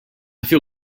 feel